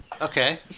Okay